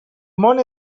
món